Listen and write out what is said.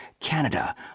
Canada